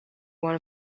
one